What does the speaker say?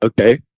Okay